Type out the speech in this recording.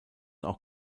auch